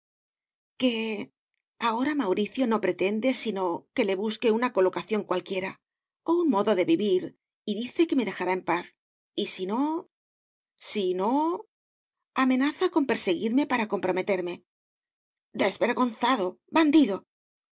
ahora mauricio no pretende sino que le busque una colocación cualquiera o un modo de vivir y dice que me dejará en paz y si no si no amenaza con perseguirme para comprometerme desvergonzado bandido